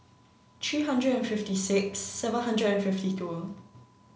three hundred and fifty six seven hundred and fifty two